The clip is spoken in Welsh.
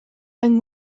yng